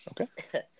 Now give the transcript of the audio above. Okay